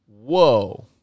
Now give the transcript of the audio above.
Whoa